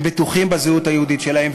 הם בטוחים בזהות היהודית שלהם,